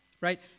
Right